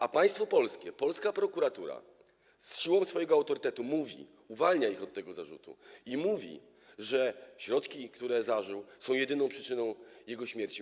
A państwo polskie, polska prokuratura siłą swojego autorytetu uwalnia ich od tego zarzutu i mówi, że środki, które zażył, są jedyną przyczyną jego śmierci.